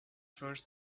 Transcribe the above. first